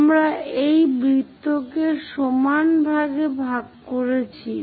আমরা এই বৃত্তকে সমান ভাগে ভাগ করেছি